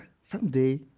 someday